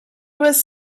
was